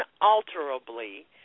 unalterably